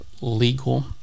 legal